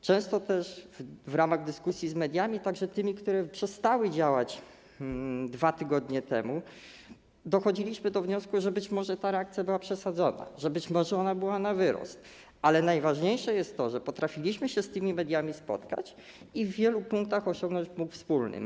Często też w ramach dyskusji z mediami, także tymi, które przestały działać 2 tygodnie temu, dochodziliśmy do wniosku, że być może ta reakcja była przesadzona, że być może ona była na wyrost, ale najważniejsze jest to, że potrafiliśmy się z tymi mediami spotkać i w wielu punktach osiągnąć punkt wspólny.